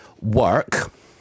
Work